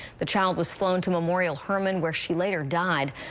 the child was flown to memorial hermann where she later died,